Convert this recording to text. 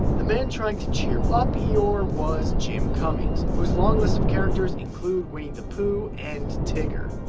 the man trying to cheer up eeyore was jim cummings, whose long list of characters include winnie the pooh and tigger.